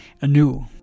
anew